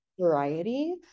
variety